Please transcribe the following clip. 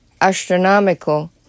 astronomical